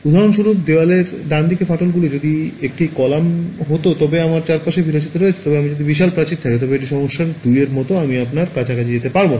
উদাহরণস্বরূপ দেয়ালের ডানদিকে ফাটলগুলি যদি এটি একটি কলাম হত তবে আমার চারপাশের বিলাসিতা রয়েছে তবে আমার যদি বিশাল প্রাচীর থাকে তবে এটি সমস্যা 2 এর মতো হয় তবে আমি আপনার কাছাকাছি যেতে পারব না